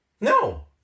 No